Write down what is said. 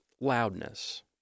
loudness